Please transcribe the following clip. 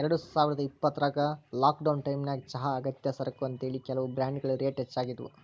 ಎರಡುಸಾವಿರದ ಇಪ್ಪತ್ರಾಗ ಲಾಕ್ಡೌನ್ ಟೈಮಿನ್ಯಾಗ ಚಹಾ ಅಗತ್ಯ ಸರಕು ಅಂತೇಳಿ, ಕೆಲವು ಬ್ರಾಂಡ್ಗಳ ರೇಟ್ ಹೆಚ್ಚಾಗಿದ್ವು